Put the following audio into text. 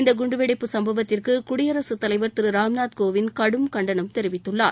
இந்த குண்டுவெடிப்பு சம்பவத்திற்கு குடியரசுத் தலைவர் திரு ராம்நாத் கோவிந்த் கடும் கண்டனம் தெரிவித்துள்ளார்